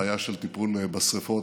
בעיה של טיפול בשרפות.